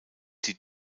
die